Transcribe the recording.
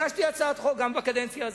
הגשתי הצעת חוק גם בקדנציה הזאת.